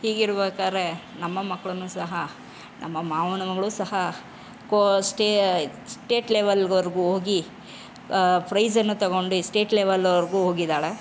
ಹೀಗಿರ್ಬೇಕಾದ್ರೆ ನಮ್ಮ ಮಕ್ಳನ್ನು ಸಹ ನಮ್ಮ ಮಾವನ ಮಗಳು ಸಹ ಕೋ ಸ್ಟೇಟ್ ಲೆವಲ್ವರೆಗೂ ಹೋಗಿ ಫ್ರೈಝನ್ನು ತಗೊಂಡು ಸ್ಟೇಟ್ ಲೆವಲ್ವರೆಗೂ ಹೋಗಿದ್ದಾಳೆ